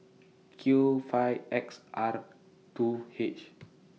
Q five X R two H